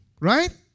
right